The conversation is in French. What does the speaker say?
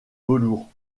velours